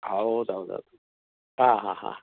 ಹೌದು ಹೌದೌದು ಹಾಂ ಹಾಂ ಹಾಂ